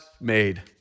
made